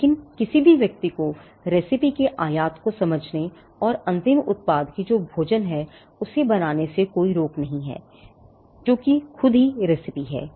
लेकिन किसी भी व्यक्ति को रेसिपी के आयात को समझने और अंतिम उत्पाद जो कि भोजन है उसे बनाने से कोई रोकता नहीं है जो कि खुद ही रेसिपी है